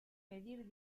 medir